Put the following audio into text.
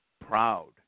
proud